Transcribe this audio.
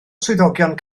swyddogion